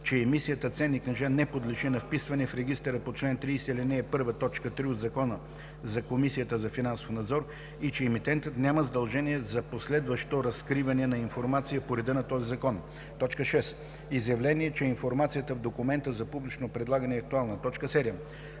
че емисията ценни книжа не подлежи на вписване в регистъра по чл. 30, ал. 1, т. 3 от Закона за Комисията за финансов надзор и че емитентът няма задължения за последващо разкриване на информация по реда на този закон; 6. изявление, че информацията в документа за публично предлагане е актуална; 7.